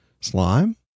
slime